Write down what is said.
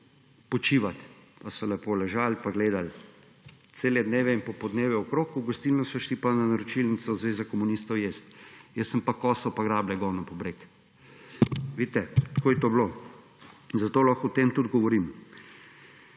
počivat, pa so lepo ležali in gledali cele dneve in popoldneve okrog, v gostilno so šli pa na naročilnico Zveze komunistov jest. Jaz sem pa koso in grablje gonil po bregu. Vidite, tako je to bilo in zato lahko o tem tudi govorim.